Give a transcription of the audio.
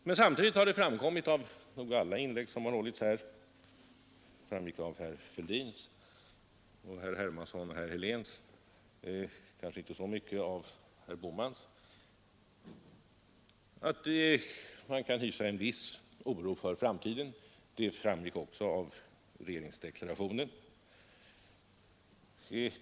Men samtidigt har det framgått av de tidigare inläggen i debatten — av herrar Fälldins, Hermanssons och Heléns men kanske inte så mycket av herr Bohmans — att man kan hysa en viss oro för framtiden. Detta framgick också av regeringsdeklarationen.